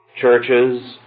churches